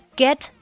get